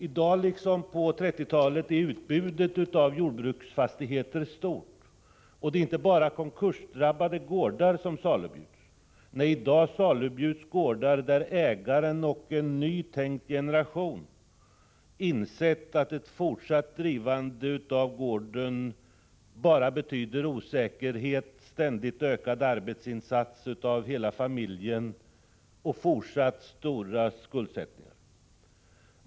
I dag liksom på 1930-talet är utbudet av jordbruksfastigheter stort, och det är inte bara konkursdrabbade gårdar som salubjuds. Nej, i dag salubjuds gårdar där ägaren och en ny generation, som man tänkt skulle ta vid, har insett att en fortsatt drift av gården bara betyder osäkerhet, ständigt ökade arbetsinsatser av hela familjen och fortsatt stor skuldsättning.